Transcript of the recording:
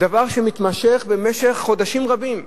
דבר שמתמשך במשך חודשים רבים.